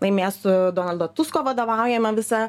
laimės su donaldo tusko vadovaujama visa